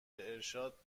ارشاد